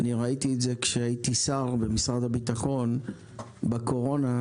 ראיתי את זה כשהייתי שר במשרד הביטחון בתקופת הקורונה,